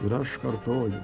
ir aš kartoju